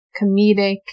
comedic